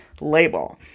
label